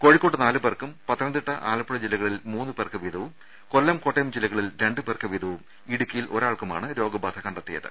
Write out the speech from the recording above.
കോഴിക്കോട്ട് നാലു പേർക്കും പത്തനംതിട്ട ആലപ്പുഴ ജില്ലകളിൽ മൂന്നു പേർക്ക് വീതവും കൊല്ലം കോട്ടയം ജില്ലകളിൽ രണ്ടു പേർക്ക് വീതവും ഇടുക്കിയിൽ ഒരാൾക്കുമാണ് രോഗബാധ കണ്ടെത്തിയത്